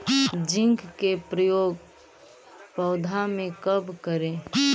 Zinc के प्रयोग पौधा मे कब करे?